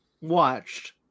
watched